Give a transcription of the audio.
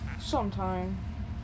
Sometime